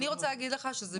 אני רוצה להגיד לך שזה בדיוק,